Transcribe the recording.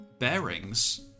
bearings